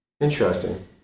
interesting